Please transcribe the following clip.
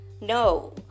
No